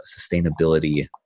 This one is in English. sustainability